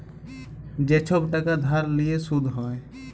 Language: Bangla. যে ছব টাকা ধার লিঁয়ে সুদ হ্যয়